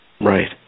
Right